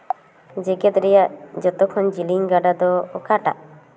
ᱡᱮᱜᱮᱛ ᱨᱮᱭᱟᱜ ᱡᱚᱛᱚᱠᱷᱚᱱ ᱡᱤᱞᱤᱧ ᱜᱟᱰᱟ ᱫᱚ ᱚᱠᱟᱴᱟᱜ